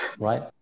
Right